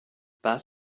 pas